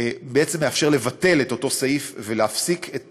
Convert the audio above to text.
בעצם מאפשר לבטל את אותו סעיף ולהפסיק את